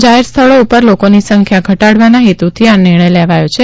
જાહેર સ્થળો પર લોકોની સંખ્યા ઘટાડવાના હેતુથી આ નિર્ણય લેવાયો છે